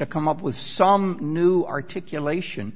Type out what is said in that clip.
to come up with some new articulation